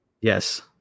yes